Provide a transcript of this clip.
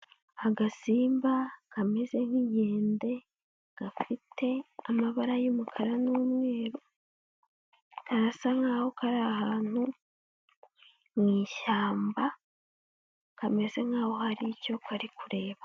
Agasimba kameze nk'inkende gafite amabara y'umukara n'umweru, karasa nk'aho kari ahantu mu ishyamba, kameze nk'aho hari icyo kari kureba.